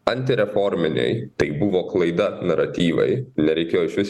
antireforminiai tai buvo klaida naratyvai nereikėjo išvis